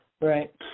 Right